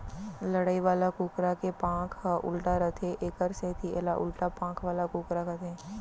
लड़ई वाला कुकरा के पांख ह उल्टा रथे एकर सेती एला उल्टा पांख वाला कुकरा कथें